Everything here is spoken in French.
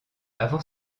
avant